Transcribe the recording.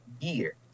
year